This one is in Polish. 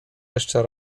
jeszcze